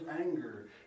anger